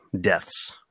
deaths